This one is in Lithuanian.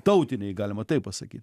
tautiniai galima taip pasakyt